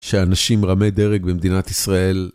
שאנשים רמי דרג במדינת ישראל.